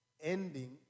ending